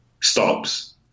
stops